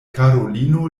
karolino